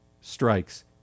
strikes